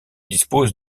dispose